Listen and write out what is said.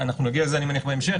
אנחנו נגיע לזה אני מניח בהמשך.